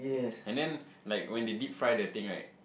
and then like when they deep fry the thing right